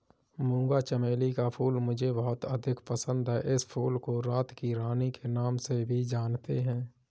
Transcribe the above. मूंगा चमेली का फूल मुझे बहुत अधिक पसंद है इस फूल को रात की रानी के नाम से भी जानते हैं